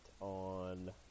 on